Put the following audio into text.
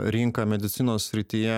rinka medicinos srityje